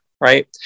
right